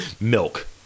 Milk